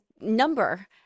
number